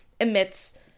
emits